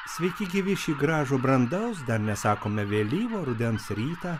sveiki gyvi šį gražų brandaus dar nesakome vėlyvo rudens rytą